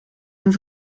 hun